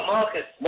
Marcus